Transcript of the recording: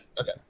Okay